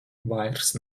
vairs